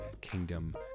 kingdom